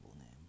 name